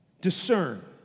discern